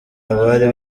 abari